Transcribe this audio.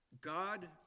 God